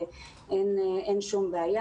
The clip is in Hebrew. אין שום בעיה.